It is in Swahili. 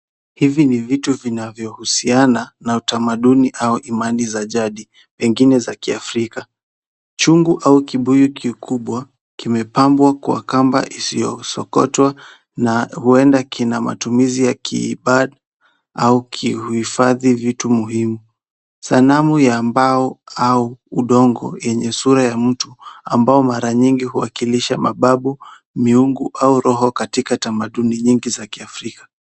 Hivi ni vitu vinavyohusiana na utamaduni au imani za jadi pengine za kiafrika. Chungu au kibuyu kikubwa kimepambwa kwa kamba isiyosokotwa na na huenda kina matumizi ya kiibada au kuhifadhi vitu muhimu. Sanamu ya mbao au udongo yenye sura ya mtu ambao mara nyingi huwakilisha mababu, miungu au roho katika tamaduni nyingi za kiafrika.